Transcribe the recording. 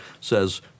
says